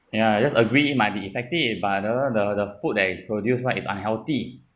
ya just agree might be effective but the the the food that is produced that is unhealthy